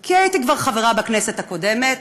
כי הייתי כבר חברה בכנסת הקודמת,